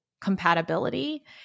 compatibility